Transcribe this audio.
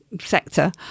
sector